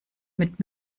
mit